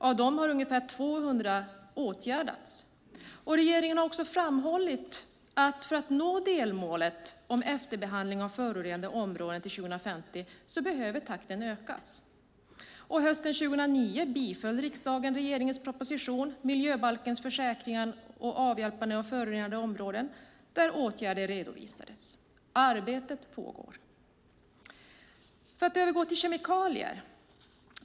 Av dessa har ungefär 200 åtgärdats. Regeringen har också framhållit att för att nå delmålet om efterbehandling av förorenade områden till 2050 behöver takten ökas. Hösten 2009 biföll riksdagen regeringens proposition Miljöbalkens försäkringar och avhjälpande av förorenade områden m.m. där åtgärder redovisades. Arbetet pågår. Jag övergår nu till att tala om kemikalier.